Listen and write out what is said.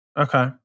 okay